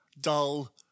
dull